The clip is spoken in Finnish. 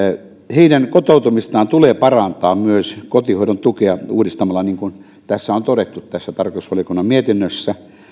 heidän kotoutumistaan tulee parantaa myös kotihoidon tukea uudistamalla niin kuin on todettu tässä tarkastusvaliokunnan mietinnössä